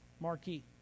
marquee